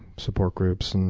support groups?